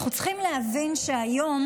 אנחנו צריכים להבין שהיום